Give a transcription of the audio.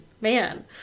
man